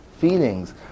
feelings